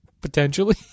Potentially